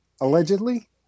Allegedly